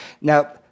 Now